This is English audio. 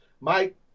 Mike